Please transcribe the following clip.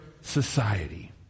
society